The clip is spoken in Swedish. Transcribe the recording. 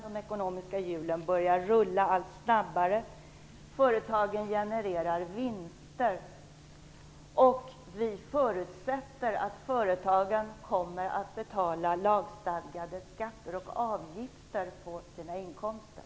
De ekonomiska hjulen börjar rulla allt snabbare. Företagen genererar vinster. Vi förutsätter att företagen kommer att betala lagstadgade skatter och avgifter på sina inkomster.